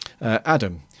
Adam